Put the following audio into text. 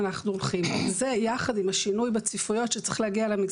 אנחנו רוצים לייעל גם את התהליכים האלה ואני מאמין שכמו שאמרתי,